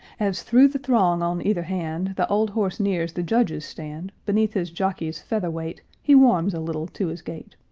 as through the throng on either hand the old horse nears the judges' stand, beneath his jockey's feather-weight he warms a little to his gait,